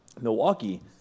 Milwaukee